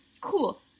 cool